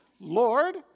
Lord